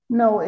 no